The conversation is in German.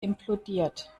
implodiert